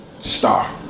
Star